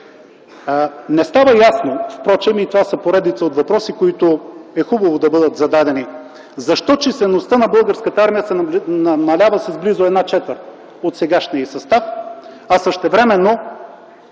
Не става ясно – и това са поредица от въпроси, които е хубаво да бъдат зададени – защо числеността на българската армия се намалява с близо 1/4 от сегашния й състав, а същевременно